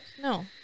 no